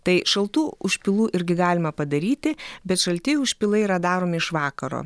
tai šaltų užpilų irgi galima padaryti bet šalti užpilai yra daromi iš vakaro